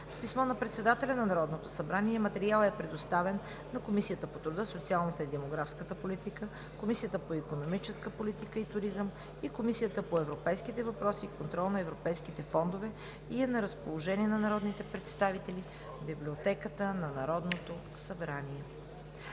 С писмо на председателят на Народното събрание материалът е предоставен на Комисията по труда, социалната и демографска политика, Комисията по икономическа политика и туризъм и Комисията по европейските въпроси и контрол на европейските фондове и е на разположение на народните представители в Библиотеката на Народното събрание.